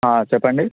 చెప్పండి